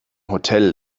hotel